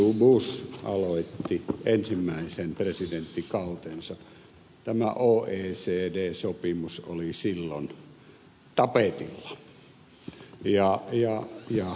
bush aloitti ensimmäisen presidenttikautensa tämä oecd sopimus oli tapetilla